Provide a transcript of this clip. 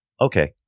okay